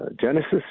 Genesis